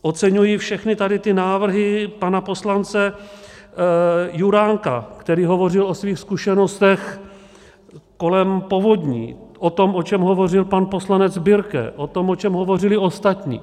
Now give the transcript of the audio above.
Oceňuji všechny tady ty návrhy pana poslance Juránka, který hovořil o svých zkušenostech kolem povodní, o tom, o čem hovořil pan poslanec Birke, o tom, o čem hovořili ostatní.